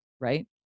Right